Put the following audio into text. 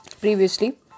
previously